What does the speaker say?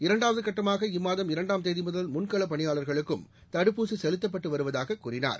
இரண்டாவது கட்டமாக இம்மாதம் இரண்டாம் தேதிமுதல் முன்களப் பணியாளர்களுக்கும் தடுப்பூசி செலுத்தப்பட்டு வருவதாககக் கூறினார்